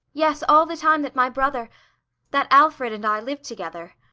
yes, all the time that my brother that alfred and i lived together.